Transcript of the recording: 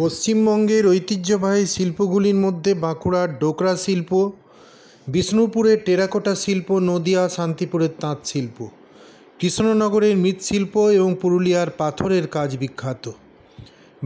পশ্চিমবঙ্গের ঐতিহ্যবাহী শিল্পগুলির মধ্যে বাঁকুড়ার ডোকরা শিল্প বিষ্ণুপুরের টেরাকোটা শিল্প নদিয়া শান্তিপুরের তাঁত শিল্প কৃষ্ণনগরের মৃৎশিল্প এবং পুরুলিয়ার পাথরের কাজ বিখ্যাত